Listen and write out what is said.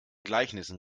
gleichnissen